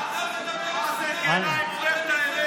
מאזן גנאים אומר את האמת.